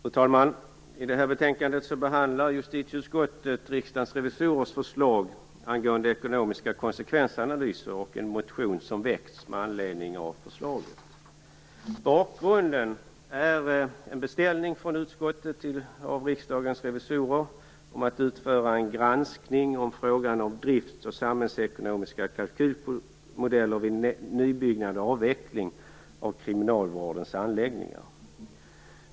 Fru talman! I detta betänkande behandlar justitieutskottet Riksdagens revisorers förslag angående ekonomiska konsekvensanalyser och en motion som väckts med anledning av förslaget. Bakgrunden är en beställning från utskottet till riksdagens revisorer om att utföra en granskning i frågan om drifts och samhällsekonomiska kalkylmodeller vid nybyggnad och avveckling av kriminalvårdens anläggningar.